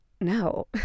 no